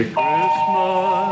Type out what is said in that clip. Christmas